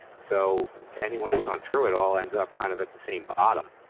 so anyone who's gone through it all ends up kind of at the same bottom.